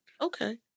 Okay